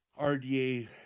RDA